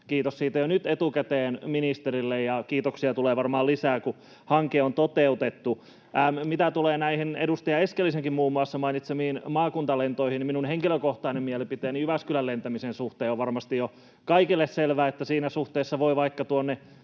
Kiitos siitä jo nyt etukäteen ministerille. Ja kiitoksia tulee varmaan lisää, kun hanke on toteutettu. Mitä tulee näihin edustaja Eskelisenkin muun muassa mainitsemiin maakuntalentoihin, niin minun henkilökohtainen mielipiteeni Jyväskylään lentämisen suhteen on varmasti jo kaikille selvää, että siinä suhteessa voi vaikka tuonne